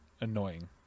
annoying